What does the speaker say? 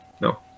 no